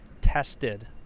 tested